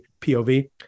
POV